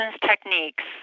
techniques